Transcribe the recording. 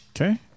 Okay